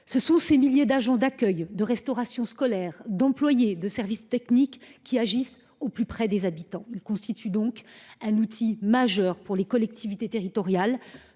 concernent des milliers d’agents d’accueil, de restauration scolaire, de service technique, qui agissent au plus près des habitants. Ils constituent donc un outil majeur pour les collectivités territoriales,